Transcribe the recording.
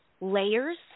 layers